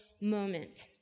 moment